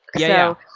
yeah.